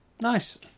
Nice